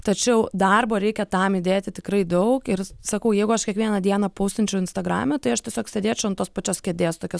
tačiau darbo reikia tam įdėti tikrai daug ir sakau jeigu aš kiekvieną dieną poustinčiau instagrame tai aš tiesiog sėdėčiau ant tos pačios kėdės tokia